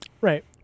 Right